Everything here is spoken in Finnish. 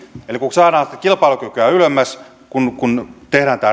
saadaan kilpailukykyä ylemmäs kun kun tehdään tämä